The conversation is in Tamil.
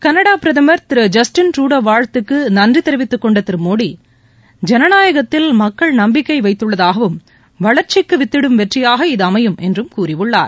கனடா பிரதமர் திரு ஜஸ்டின் ட்ருடோ வாழ்த்துக்கு நன்றி தெரிவித்துக் கொண்ட திரு மோடி ஜனநாயகத்தில் மக்கள் நம்பிக்கை வைத்துள்ளதாகவும் வளர்ச்சிக்கு வித்திடும் வெற்றியாக இது அமையும் என்றும் கூறியுள்ளார்